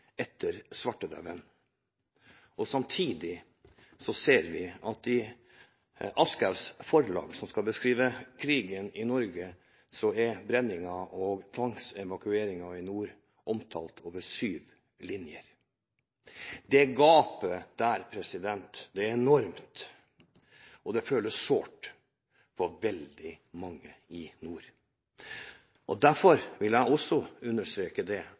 etter svartedauden, ser vi samtidig at når Aschehoug forlag skal beskrive krigen i Norge, er brenningen og tvangsevakueringen i nord omtalt over syv linjer. Dette gapet er enormt, og det føles sårt for veldig mange i nord. Derfor vil jeg også understreke at jeg er utrolig takknemlig for det